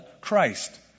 Christ